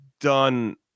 done